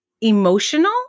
emotional